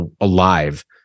alive